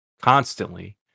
constantly